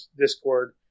Discord